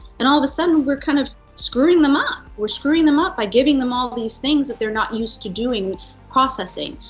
and all of a sudden, we're kind of screwing them up, we're screwing them up by giving them all these things that they're not used to doing, and processing,